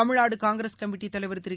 Tamil Nadu Congress committee தலைவர் திரு